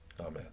Amen